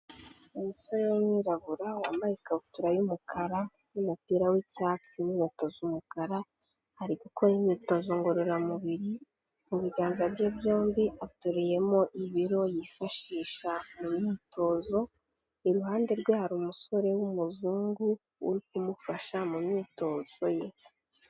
Umusore w'umwirabura wambaye ikabutura y'umukara n'umupira w'icyatsi n'inkweto z'umukara, ari gukora imyitozo ngororamubiri, mu biganza bye byombi ateruyemo ibiro yifashisha mu myitozo, iruhande rwe hari umusore w'umuzungu uri kumufasha mu myitozo ye.